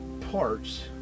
parts